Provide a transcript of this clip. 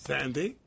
Sandy